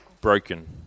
broken